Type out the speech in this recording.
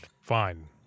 Fine